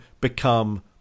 become